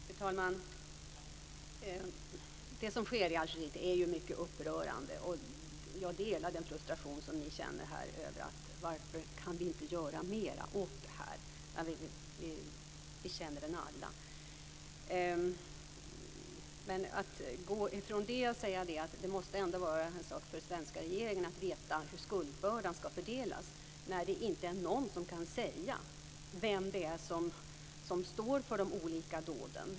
Fru talman! Det som sker i Algeriet är mycket upprörande, och jag delar den frustration som ni känner över att vi inte kan göra mer åt detta. Den frustrationen känner vi alla. Men man kan av den anledningen inte säga att det ändå måste vara en sak för den svenska regeringen att veta hur skuldbördan skall fördelas, när det inte är någon som kan säga vem det är som står för de olika dåden.